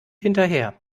hinterher